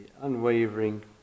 unwavering